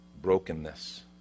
brokenness